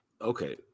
Okay